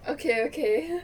okay okay